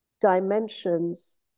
dimensions